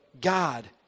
God